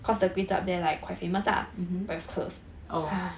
mmhmm oh